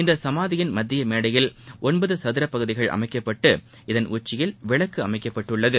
இந்த சமாதியின் மத்திய மேடையில் ஒன்பது சதூர பகுதிகள் அமைக்கப்பட்டு இதன் உச்சியில் விளக்கு அமைக்கப்பட்டுள்ளது